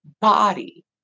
body